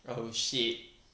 oh shit